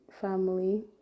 family